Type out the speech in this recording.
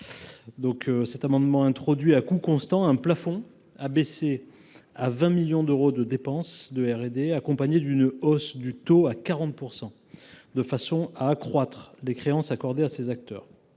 nous proposons d’introduire, à coût constant, un plafond abaissé à 20 millions d’euros de dépenses de R&D accompagné d’une hausse du taux à 40 % de façon à accroître les créances accordées à ces acteurs.